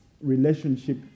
relationship